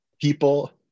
people